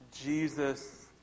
Jesus